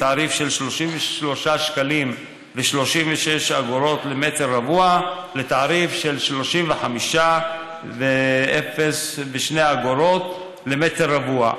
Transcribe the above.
מתעריף של 33.36 שקלים למטר רבוע לתעריף של 35.02 שקלים למטר רבוע.